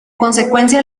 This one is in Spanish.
consecuencia